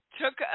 took